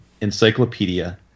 encyclopedia